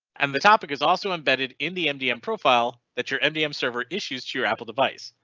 and the topic is also embedded in the mdm profile that your mdm server issues to your apple device.